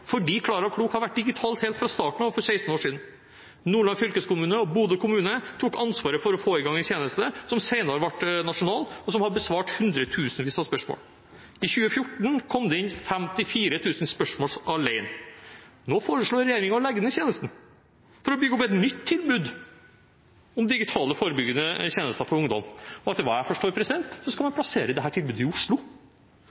fordi Klara Klok har vært digital helt fra starten av for 16 år siden. Nordland fylkeskommune og Bodø kommune tok ansvaret for å få i gang en tjeneste som senere ble nasjonal, og som har besvart hundretusenvis av spørsmål. I 2014 kom det inn 54 000 spørsmål alene. Nå foreslår regjeringen å legge ned tjenesten for å bygge opp et nytt tilbud om digitale forebyggende tjenester for ungdom. Etter hva jeg forstår, skal man